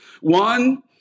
One